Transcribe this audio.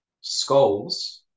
skulls